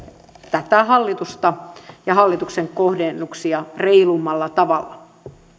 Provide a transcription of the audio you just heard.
tätä hallitusta ja hallituksen kohdennuksia reilummalla tavalla